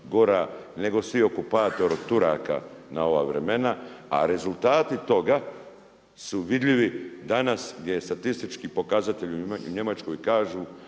nego svi okupatori od Turaka na ova vremena. A rezultati toga su vidljivi danas gdje statistički pokazatelji u Njemačkoj kažu